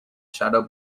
shadow